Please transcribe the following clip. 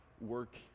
work